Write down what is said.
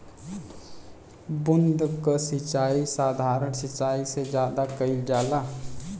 बूंद क सिचाई साधारण सिचाई से ज्यादा कईल जाला